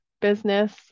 business